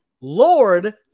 Lord